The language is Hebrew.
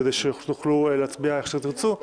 כדי שתוכלו להצביע איך שתרצו.